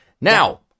Now